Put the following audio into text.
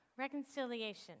Reconciliation